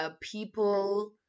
people